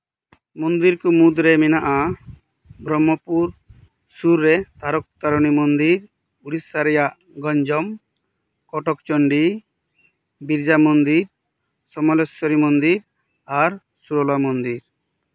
ᱢᱚᱱᱫᱤᱨ ᱠᱳ ᱢᱩᱫᱨᱮ ᱢᱮᱱᱟᱜᱼᱟ ᱵᱨᱚᱢᱚᱯᱩᱨ ᱥᱩᱨ ᱨᱮ ᱛᱟᱨᱚᱛᱛᱟᱨᱤᱱᱤ ᱢᱚᱱᱫᱤᱨ ᱳᱲᱤᱥᱥᱟ ᱨᱮᱭᱟᱜ ᱜᱚᱧᱡᱚᱢ ᱠᱚᱴᱚᱠ ᱪᱚᱱᱰᱤ ᱵᱤᱨᱡᱟ ᱢᱚᱱᱫᱤᱨ ᱥᱚᱢᱚᱞᱮᱥᱚᱨᱤ ᱢᱚᱱᱫᱤᱨ ᱟᱨ ᱥᱚᱨᱚᱞᱟ ᱢᱚᱱᱫᱤᱨ